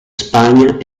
spagna